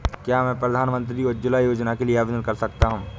क्या मैं प्रधानमंत्री उज्ज्वला योजना के लिए आवेदन कर सकता हूँ?